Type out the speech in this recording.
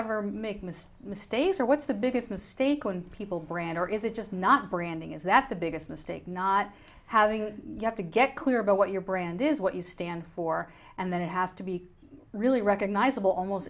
ever make most mistakes or what's the biggest mistake when people brand or is it just not branding is that's the biggest mistake not having yet to get clear about what your brand is what you stand for and then it has to be really recognizable almost